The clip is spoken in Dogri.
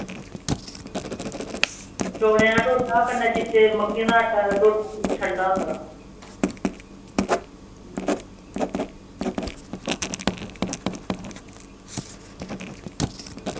चौलें दा ढोड्डा कन्नै चिट्टी मक्कें दा आटा बी ठंडा होंदा